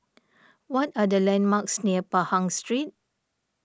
what are the landmarks near Pahang Street